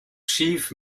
chief